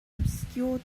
obscure